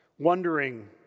wondering